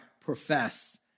profess